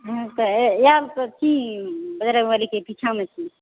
हँ आयल छी बजरङ्ग बलीकेँ पीछामे छी